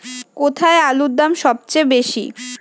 কোথায় আলুর দাম সবথেকে বেশি?